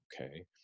okay